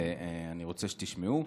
ואני רוצה שתשמעו: